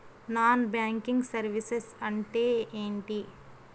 Non banking services అంటే ఎంటి?